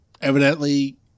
evidently